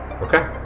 Okay